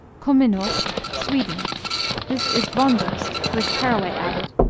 kumminost sweden this is bondost with caraway added.